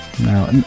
Now